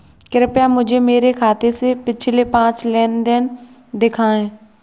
कृपया मुझे मेरे खाते से पिछले पाँच लेन देन दिखाएं